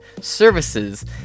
services